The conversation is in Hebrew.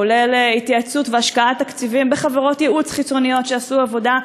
כולל התייעצות והשקעת תקציבים בחברות ייעוץ חיצוניות שעשו עבודה,